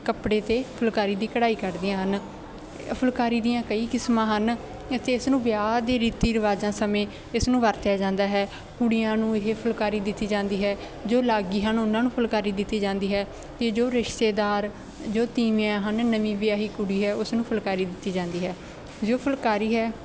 ਕੱਪੜੇ 'ਤੇ ਫੁਲਕਾਰੀ ਦੀ ਕਢਾਈ ਕੱਢਦੀਆਂ ਹਨ ਫੁਲਕਾਰੀ ਦੀਆਂ ਕਈ ਕਿਸਮਾਂ ਹਨ ਇੱਥੇ ਇਸ ਨੂੰ ਵਿਆਹ ਦੇ ਰੀਤੀ ਰਿਵਾਜ਼ਾਂ ਸਮੇਂ ਇਸ ਨੂੰ ਵਰਤਿਆ ਜਾਂਦਾ ਹੈ ਕੁੜੀਆਂ ਨੂੰ ਇਹ ਫੁਲਕਾਰੀ ਦਿੱਤੀ ਜਾਂਦੀ ਹੈ ਜੋ ਲਾਗੀ ਹਨ ਉਹਨਾਂ ਨੂੰ ਫੁਲਕਾਰੀ ਦਿੱਤੀ ਜਾਂਦੀ ਹੈ ਅਤੇ ਜੋ ਰਿਸ਼ਤੇਦਾਰ ਜੋ ਤੀਵੀਆਂ ਹਨ ਨਵੀਂ ਵਿਆਹੀ ਕੁੜੀ ਹੈ ਉਸ ਨੂੰ ਫੁਲਕਾਰੀ ਦਿੱਤੀ ਜਾਂਦੀ ਹੈ ਜੋ ਫੁਲਕਾਰੀ ਹੈ